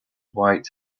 white